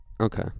Okay